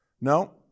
No